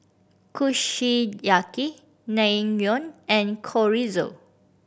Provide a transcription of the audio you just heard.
Kushiyaki Naengmyeon and Chorizo